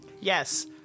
Yes